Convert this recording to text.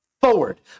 forward